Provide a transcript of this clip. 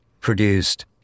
produced